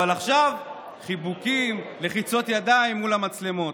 אבל עכשיו, חיבוקים, לחיצות ידיים מול המצלמות.